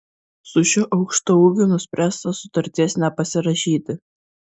su šiuo aukštaūgiu nuspręsta sutarties nepasirašyti